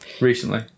recently